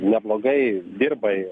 neblogai dirbai